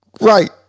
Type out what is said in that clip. Right